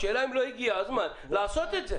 השאלה אם לא הגיע הזמן לעשות את זה.